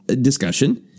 discussion